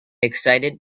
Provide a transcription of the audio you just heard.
excited